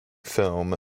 film